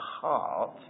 heart